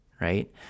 right